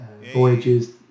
voyages